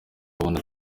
abona